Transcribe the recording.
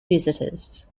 visitors